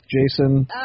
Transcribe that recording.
Jason